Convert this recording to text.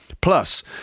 Plus